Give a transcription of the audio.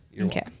Okay